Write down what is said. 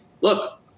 look